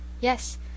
Yes